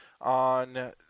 on